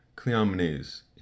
cleomenes